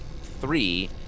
Three